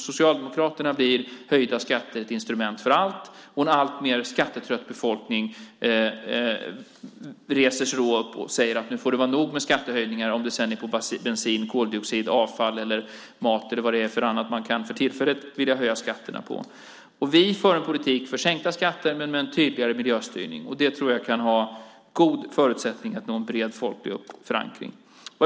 Hos Socialdemokraterna blir höjda skatter ett instrument för allt, och en allt skattetröttare befolkning reser sig och säger att nu får det vara nog med skattehöjningar, oavsett om det är bensin, koldioxid, avfall eller mat som man för tillfället kan vilja höja skatterna på. Vi för en politik för sänkta skatter men med en tydligare miljöstyrning. Det tror jag har en god förutsättning att nå en bred, folklig förankring.